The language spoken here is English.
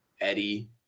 Eddie